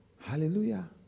Hallelujah